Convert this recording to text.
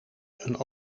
een